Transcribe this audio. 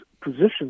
positions